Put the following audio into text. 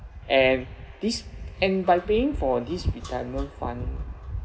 and this and by paying for these retirement fund